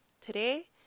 Today